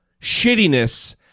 shittiness